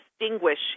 distinguish